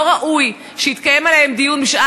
השר אלקין, כמי שקרוב לנושא,